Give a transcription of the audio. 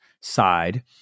side